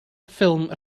ffilm